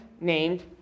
named